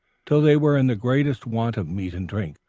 till they were in the greatest want of meat and drink,